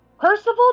Percival